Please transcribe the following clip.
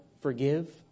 forgive